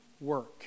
work